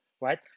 right